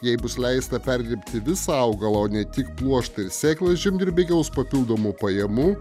jei bus leista perdirbti visą augalą o ne tik pluoštą ir sėklas žemdirbiai gaus papildomų pajamų